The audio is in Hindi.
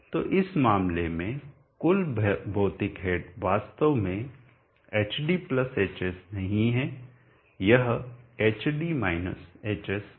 तो इस मामले में कुल भौतिक हेड वास्तव में hd hs नहीं है यह hd - hs है